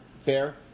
fair